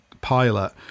pilot